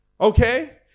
okay